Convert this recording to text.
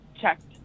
checked